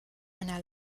einer